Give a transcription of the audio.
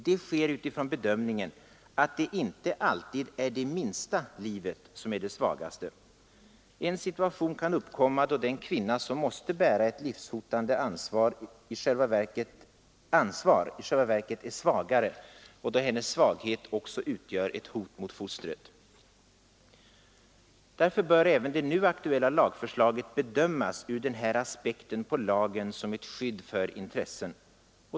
Det sker utifrån bedömningen, att det inte alltid är det minsta livet som är det svagaste. En situation kan uppkomma, då den kvinna, som måste bära ett livshotande ansvar, i själva verket är svagare, och då hennes svaghet utgör ett hot också mot fostret. Därför bör även det nu aktuella lagförslaget bedömas ur denna aspekt på lagen som ett skydd för intressen.